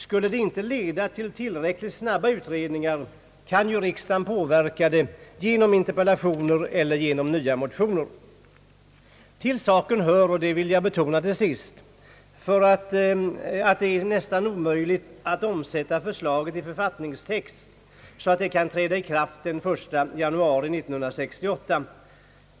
Skulle det inte leda till tillräckligt snabba utredningar kan ju riksdagen påverka frågan genom interpellationer eller nya motioner. Till saken hör, och det vill jag betona till sist, att det är nästan omöjligt att omsätta förslaget i författningstext så att det kan träda i kraft den 1 januari 1968.